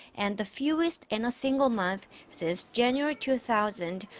and the fewest in a single month. since january two thousand.